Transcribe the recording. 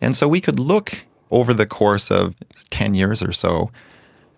and so we could look over the course of ten years or so